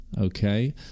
Okay